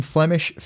Flemish